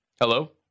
Hello